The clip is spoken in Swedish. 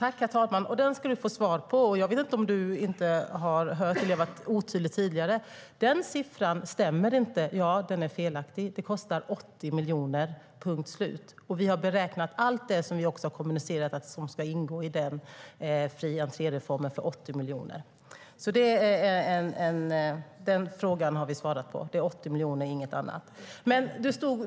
Herr talman! Den ska du få svar på, Per Bill. Jag vet inte om du inte hört eller om jag varit otydlig tidigare, men den siffran stämmer inte. Ja, den är felaktig. Det kostar 80 miljoner, punkt slut. Vi har räknat in allt, vilket vi också har kommunicerat, som ska ingå i fri-entré-reformen, och den kostar 80 miljoner, inget annat.